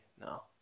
No